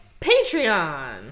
Patreon